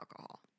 alcohol